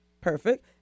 Perfect